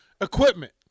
equipment